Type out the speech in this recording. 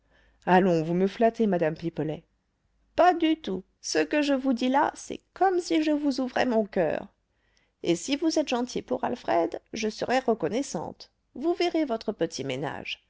allons vous me flattez madame pipelet pas du tout ce que je vous dis là c'est comme si je vous ouvrais mon coeur et si vous êtes gentil pour alfred je serai reconnaissante vous verrez votre petit ménage